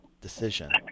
decision